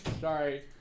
Sorry